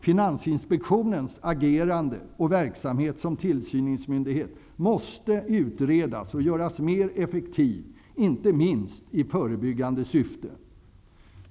Finansinspektionens agerande och verksamhet som tillsynsmyndighet måste utredas och göras mer effektiv -- inte minst i förebyggande syfte.